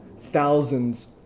thousands